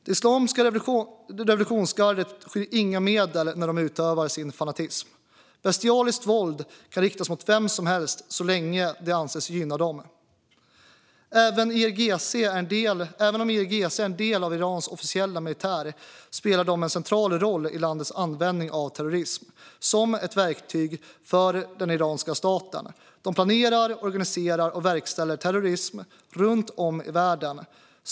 Det islamiska revolutionsgardet skyr inga medel när de utövar sin fanatism. Bestialiskt våld kan riktas mot vem som helst så länge det anses gynna dem. Även om IRGC är en del av Irans officiella militär spelar de en central roll i landets användning av terrorism som ett verktyg för den iranska staten. De planerar, organiserar och verkställer terrorism runt om i världen.